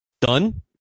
done